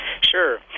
Sure